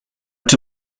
czy